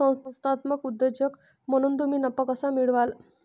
संस्थात्मक उद्योजक म्हणून तुम्ही नफा कसा मिळवाल?